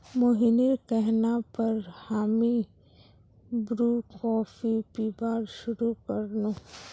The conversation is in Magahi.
मोहिनीर कहना पर हामी ब्रू कॉफी पीबार शुरू कर नु